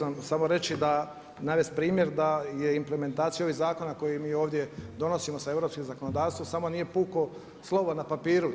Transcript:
Ma htio sam samo reći da, navesti primjer da je implementacija ovih zakona koje mi ovdje donosimo sa europskim zakonodavstvom samo nije puko slovo na papiru.